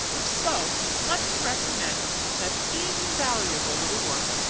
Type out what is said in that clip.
if so, let me recommend that invaluable little work,